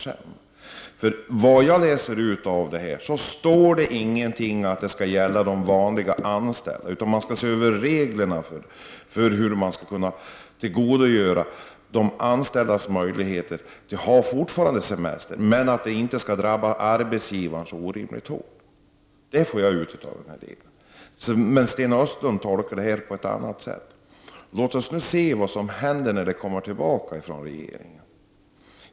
Som jag läser detta, står det ingenting om att förslaget skall gälla vanliga anställda, utan man skall se över reglerna för hur de anställdas möjligheter att ha semester skall kunna tillgodoses utan att det drabbar arbetsgivaren så orimligt hårt. Det får jag ut av det skrivna. Men Sten Östlund tolkar detta på ett annat sätt. Låt oss nu se vad som händer när förslaget kommer tillbaka från regeringen.